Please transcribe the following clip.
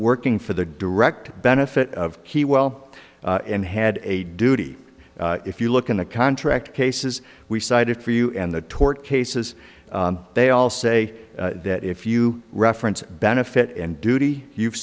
working for the direct benefit of he well and had a duty if you look in the contract cases we cited for you and the tort cases they all say that if you reference benefit and duty you've